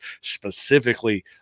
specifically